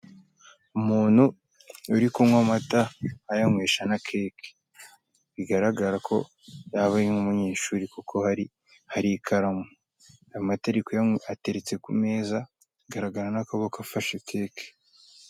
Umuntu uri kunywa amata ayanywesha na keke. Bigaragara ko yaba ari nk'umunyeshuri kuko hari ikaramu. Amata ari kuyanywa ateretse ku meza, bigaragara n'akaboko afashe keke.